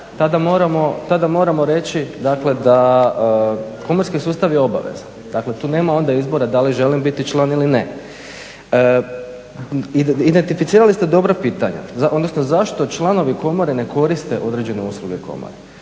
tada moramo reći dakle da komorski sustav je obavezan. Dakle, tu nema onda izbora da li želim biti član ili ne. Identificirali ste dobra pitanja, odnosno zašto članovi komore ne koriste određene usluge komore.